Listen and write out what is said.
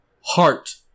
Heart